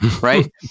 right